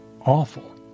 awful